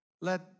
Let